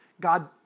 God